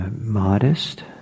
modest